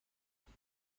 دوست